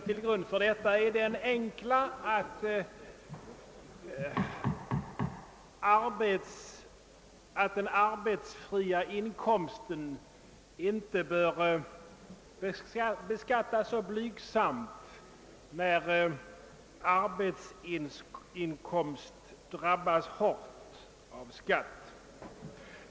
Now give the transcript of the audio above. Till grund för detta yrkande ligger den enkla principen att arbetsfri inkomst inte skall beskattas så blygsamt, när arbetsinkomst drabbas så hårt av skatt.